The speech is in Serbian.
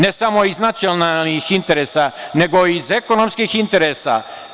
Ne samo iz nacionalnih interesa, nego iz ekonomskih interesa.